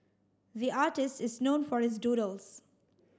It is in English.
the artist is known for his doodles